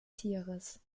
tieres